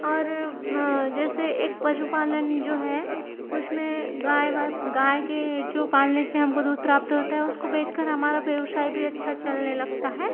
और जैसे एक पशुपालन जो है उसमे गाय व गाय के जो पालने से हमको दूध प्राप्त होता है उसको बेचकर हमारा व्यवसाय भी अच्छा चलने लगता है